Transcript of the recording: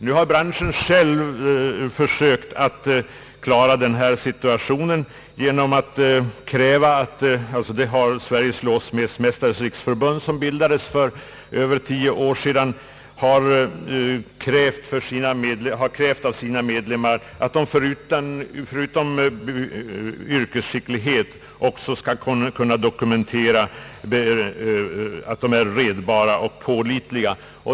Nu har branschen själv, dvs. Sveriges låssmedsmästares riksförbund, som bildades för över tio år sedan, krävt av sina medlemmar att de förutom yrkesskicklighet skall kunna dokumentera att de är redbara och pålitliga.